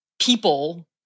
people